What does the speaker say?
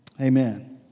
amen